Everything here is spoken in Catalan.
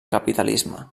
capitalisme